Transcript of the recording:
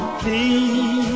please